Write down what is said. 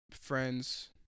friends